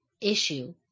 issue